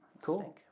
Cool